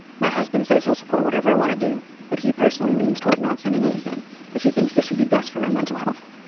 my husband says he'll support whatever i want to do, but he personally leans toward not sending anything as he thinks this would be best for my mental health.